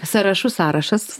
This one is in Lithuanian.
sąrašų sąrašas